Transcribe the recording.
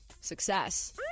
success